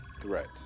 threat